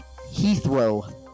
Heathrow